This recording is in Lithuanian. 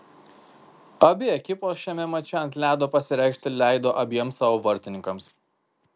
abi ekipos šiame mače ant ledo pasireikšti leido abiem savo vartininkams